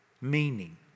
meaning